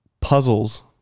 Puzzles